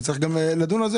שצריך לדון בזה,